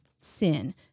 sin